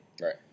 Right